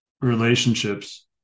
relationships